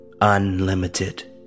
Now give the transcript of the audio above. unlimited